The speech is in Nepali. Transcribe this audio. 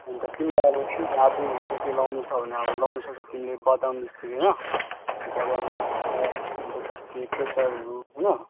अन्त तिमीलाई अब त्यही त अझै के के लगाउनु छ भने अब लगाउनुसक्छ तिमीले बदाम जस्तै होइन बदामहरू छ अन्त त्यस्तै केसरहरू होइन